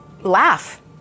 laugh